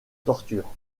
torture